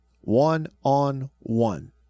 one-on-one